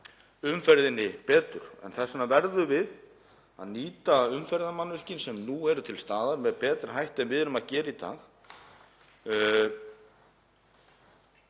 umferðinni betur. En þess vegna verðum við að nýta umferðarmannvirkin sem nú eru til staðar með betri hætti en við erum að gera í dag.